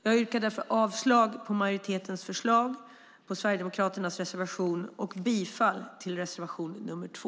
Jag yrkar därför avslag på majoritetens förslag och på Sverigedemokraternas reservation men bifall till reservation nr 2.